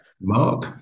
Mark